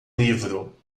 livro